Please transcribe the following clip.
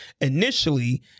Initially